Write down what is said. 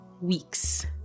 weeks